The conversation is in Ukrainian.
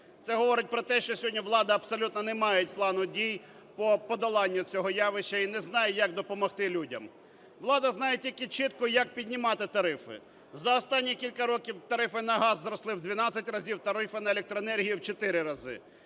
Це говорить про те, що сьогодні влада абсолютно не мають плану дій по подоланню цього явища і не знає, як допомогти людям. Влада знає тільки чітко, як піднімати тарифи. За останні кілька років тарифи на газ зросли в 12 разів, тарифи на електроенергію – в 4 рази.